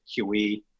QE